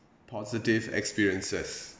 positive experiences